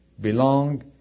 belong